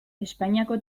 espainiako